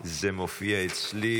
אני קובע כי הצעת חוק איסור הכחשה של טבח